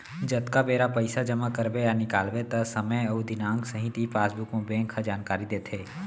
जतका बेर पइसा जमा करबे या निकालबे त समे अउ दिनांक सहित ई पासबुक म बेंक ह जानकारी देथे